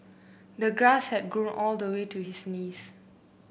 the grass had grown all the way to his knees